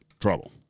trouble